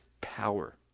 power